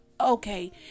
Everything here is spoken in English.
Okay